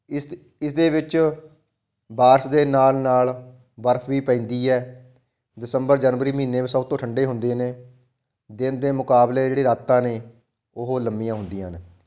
ਇਸ ਇਸਦੇ ਵਿੱਚ ਬਾਰਸ਼ ਦੇ ਨਾਲ ਨਾਲ ਬਰਫ ਵੀ ਪੈਂਦੀ ਹੈ ਦਸੰਬਰ ਜਨਵਰੀ ਮਹੀਨੇ ਸਭ ਤੋਂ ਠੰਡੇ ਹੁੰਦੇ ਨੇ ਦਿਨ ਦੇ ਮੁਕਾਬਲੇ ਜਿਹੜੇ ਰਾਤਾਂ ਨੇ ਉਹ ਲੰਬੀਆਂ ਹੁੰਦੀਆਂ ਨੇ